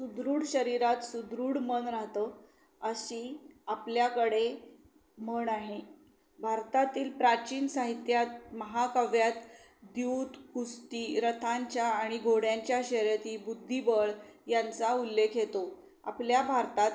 सुदृढ शरीरात सुदृढ मन राहतं अशी आपल्याकडे म्हण आहे भारतातील प्राचीन साहित्यात महाकाव्यात द्यूत कुस्ती रथांच्या आणि घोड्यांच्या शर्यती बुद्धिबळ यांचा उल्लेख येतो आपल्या भारतात